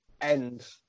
end